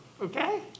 okay